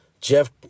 Jeff